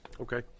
okay